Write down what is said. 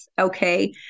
okay